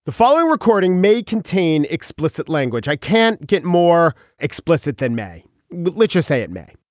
the following recording may contain explicit language i can't get more explicit than may literacy it may